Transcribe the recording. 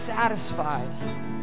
satisfied